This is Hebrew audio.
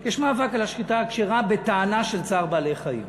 יש מאבק בשחיטה הכשרה בטענה של צער בעלי-חיים.